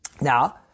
Now